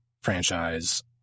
franchise